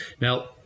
now